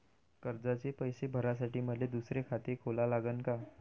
कर्जाचे पैसे भरासाठी मले दुसरे खाते खोला लागन का?